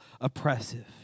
oppressive